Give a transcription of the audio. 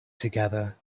together